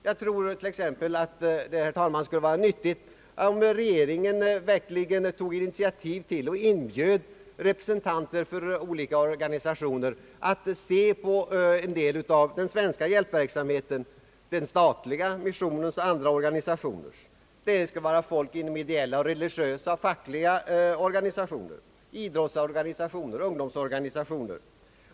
Jag tror, herr talman, att det t.ex. skulle vara nyttigt, om regeringen verkligen tog initiativ till och inbjöd representanter för olika organisationer att se på en del av den svenska hjälpverksamheten — den statliga, missionen och andra organisationers. Det skulle vara folk inom ideella, fackliga och religiösa organisationer, idrottsorganisationer och ungdomsorganisationer.